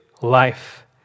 life